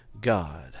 God